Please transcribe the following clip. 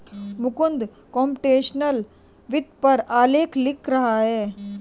Mukund computational वित्त पर आलेख लिख रहा है